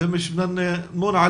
תודה וופא,